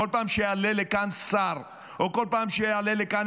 בכל פעם שיעלה לכאן שר או בכל פעם שיעלה לכאן